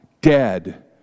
dead